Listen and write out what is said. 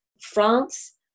France